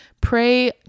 pray